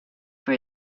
for